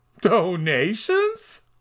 Donations